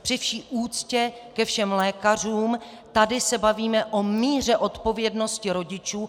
Při vší úctě ke všem lékařům, tady se bavíme o míře odpovědnosti rodičů.